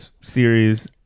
series